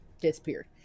disappeared